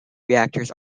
reactors